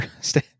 Stay